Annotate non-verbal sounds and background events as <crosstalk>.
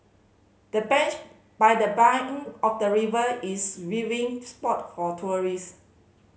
the bench by the bank of the river is <unintelligible> spot for tourist